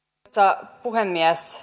arvoisa puhemies